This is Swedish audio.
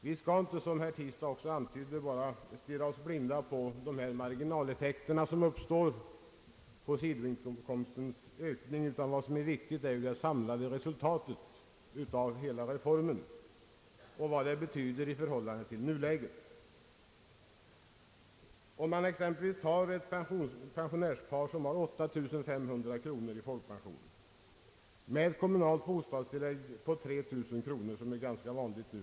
Vi skall inte, vilket herr Tistad också antydde, bara stirra oss blinda på de marginaleffekter som uppstår på sidoinkomstens ökning, utan vad som är viktigt är ju det samlade resultatet av hela reformen och vad det betyder i förhållande till nuläget. Vi kan som exempel ta ett pensionärspar som har 8 500 kronor i folkpension och ett kommunalt bostadstillägg på 3 000 kronor, något som är ganska vanligt numera.